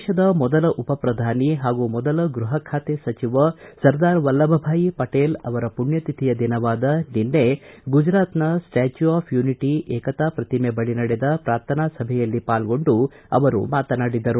ದೇಶದ ಮೊದಲ ಉಪ ಪ್ರಧಾನಿ ಹಾಗೂ ಮೊದಲ ಗೃಹಖಾತೆ ಸಚಿವ ಸರ್ದಾರ್ ವಲ್ಲಭಭಾಯ್ ಪಟೇಲ್ ಅವರ ಪುಣ್ಯತಿಥಿಯ ದಿನವಾದ ನಿನ್ನೆ ಗುಜರಾತ್ನ ಸ್ಟಾಚ್ಕ್ ಆಫ್ ಯೂನಿಟ ಏಕತಾ ಪ್ರತಿಮೆ ಬಳಿ ನಡೆದ ಪ್ರಾರ್ಥನಾ ಸಭೆಯಲ್ಲಿ ಪಾಲ್ಗೊಂಡು ಮಾತನಾಡಿದರು